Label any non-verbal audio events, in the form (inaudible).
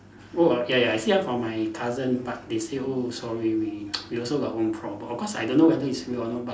oh ya ya I see hear from my cousin but they say oh sorry we we (noise) we also got our own problems of course I don't know whether it's real or not but